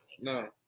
no